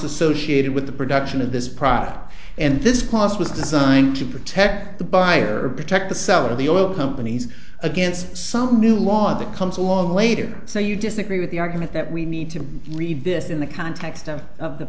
associated with the production of this product and this clause was designed to protect the buyer or protect the seller of the oil companies against some new law that comes along later so you decide we with the argument that we need to read this in the context of the